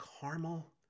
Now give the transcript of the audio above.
caramel